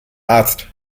arzt